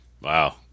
Wow